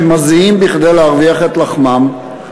שמזיעים כדי להרוויח את לחמם.